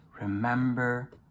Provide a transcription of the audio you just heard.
remember